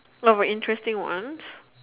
of a interesting one